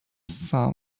son